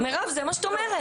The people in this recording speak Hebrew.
מירב, זה מה שאת אומרת.